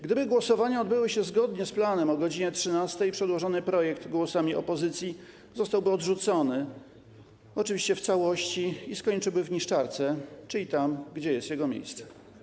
Gdyby głosowania odbyły się zgodnie z planem o godz. 13, przedłożony projekt głosami opozycji zostałby oczywiście odrzucony w całości i skończyłby w niszczarce, czyli tam, gdzie jest jego miejsce.